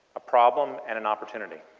a problem and an opportunity.